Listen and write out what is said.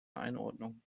einordnung